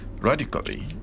radically